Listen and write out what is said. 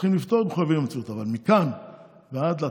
אבל נכון,